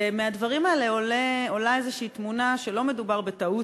מהדברים האלה עולה איזו תמונה שלא מדובר בטעות,